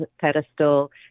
pedestal